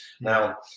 Now